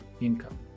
income